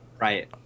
Right